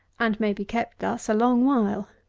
and may be kept thus a long while.